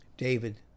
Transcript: David